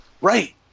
Right